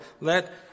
let